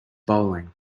bowling